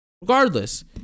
Regardless